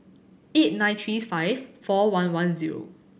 eight nine three five four one one zero